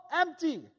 empty